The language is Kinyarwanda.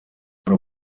hari